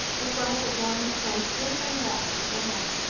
with one of the warm, frank, lingering grasps of the hand,